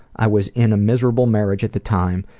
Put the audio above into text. i was in a miserable marriage at the time,